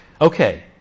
Okay